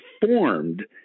formed